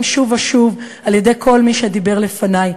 שוב ושוב על-ידי כל מי שדיבר לפני: